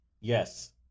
yes